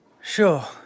Sure